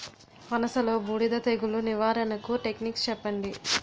పనస లో బూడిద తెగులు నివారణకు టెక్నిక్స్ చెప్పండి?